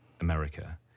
America